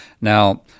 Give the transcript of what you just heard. Now